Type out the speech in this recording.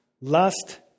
lust